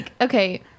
okay